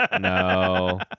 No